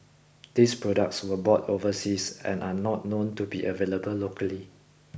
these products were bought overseas and are not known to be available locally